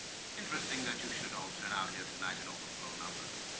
it's interesting that you should all turn out here tonight and overflow numbers